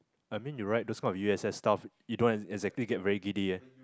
I mean you ride those kind of U_S_S stuff you don't exactly get very giddy eh